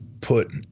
put